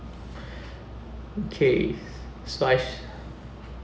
okay so I shall